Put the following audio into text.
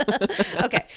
Okay